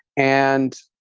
and